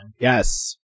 Yes